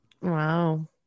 Wow